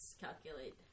calculate